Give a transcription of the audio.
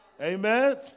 Amen